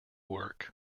work